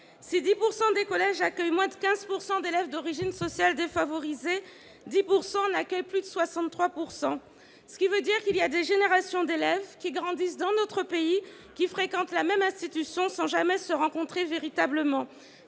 Si 10 % des collèges accueillent moins de 15 % d'élèves d'origine sociale défavorisée, 10 % en accueillent plus de 63 %. Cela signifie que des générations d'élèves grandissent dans notre pays et fréquentent la même institution sans jamais véritablement